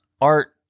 art